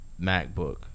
MacBook